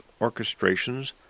orchestrations